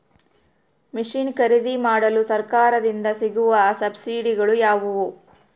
Mission ಖರೇದಿಮಾಡಲು ಸರಕಾರದಿಂದ ಸಿಗುವ ಸಬ್ಸಿಡಿಗಳು ಯಾವುವು?